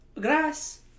grass